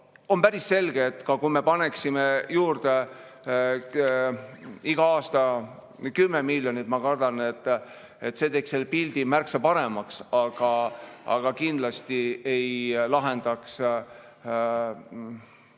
On päris selge, et kui me paneksime juurde iga aasta 10 miljonit, siis ma kardan, et see teeks pildi märksa paremaks, aga kindlasti ei lahendaks